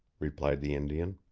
replied the indian.